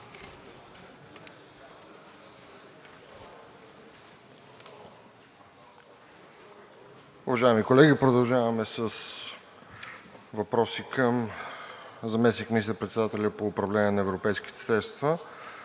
Уважаеми колеги, продължаваме с въпроси към заместник министър-председателя по управление на европейските средства.